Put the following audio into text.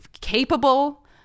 capable